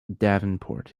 davenport